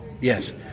Yes